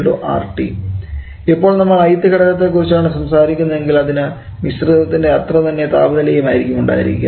Pv RT ഇപ്പോൾ നമ്മൾ ith ഘടകത്തെ കുറിച്ചാണ് സംസാരിക്കുന്നതെങ്കിൽ അതിന് മിശ്രിതത്തിൻറെ അത്ര തന്നെ താപനില ആയിരിക്കും ഉണ്ടാവുക